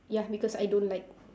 ya because I don't like